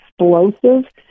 explosive